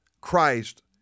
Christ